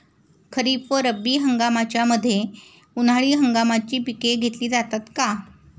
खरीप व रब्बी हंगामाच्या मध्ये उन्हाळी हंगामाची पिके घेतली जातात का?